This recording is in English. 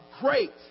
great